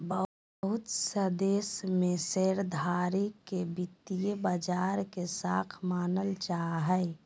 बहुत से देश में शेयरधारी के वित्तीय बाजार के शाख मानल जा हय